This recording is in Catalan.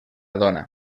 dona